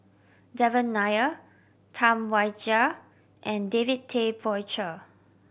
Devan Nair Tam Wai Jia and David Tay Poey Cher